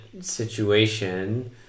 situation